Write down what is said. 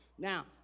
Now